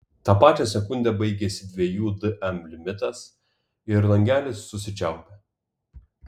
tą pačią sekundę baigiasi dviejų dm limitas ir langelis susičiaupia